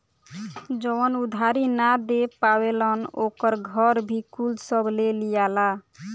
जवन उधारी ना दे पावेलन ओकर घर भी कुल सब ले लियाला